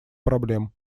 проблем